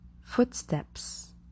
footsteps